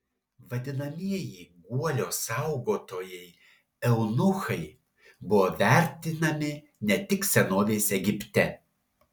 vadinamieji guolio saugotojai eunuchai buvo vertinami ne tik senovės egipte